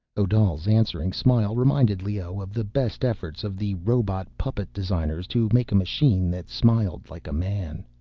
odal's answering smile reminded leoh of the best efforts of the robot-puppet designers to make a machine that smiled like a man.